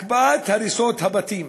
הקפאת הריסת בתים: